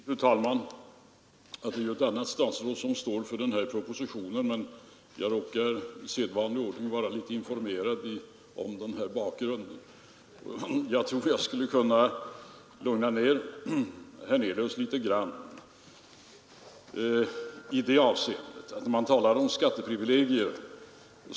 Fru talman! Det är ett annat statsråd som avgivit propositionen i detta ärende, men jag råkar i sedvanlig ordning vara lite informerad om bakgrunden till dessa frågor. Jag tror att jag skulle kunna lugna ned herr Hernelius lite grand när det gäller spörsmålet om skatteprivilegier.